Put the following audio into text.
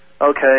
Okay